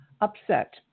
upset